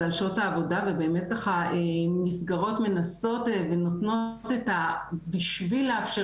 זה על שעות העבודה ובאמת ככה מסגרות מנסות ונותנות את הבשביל לאפשר